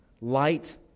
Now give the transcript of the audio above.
light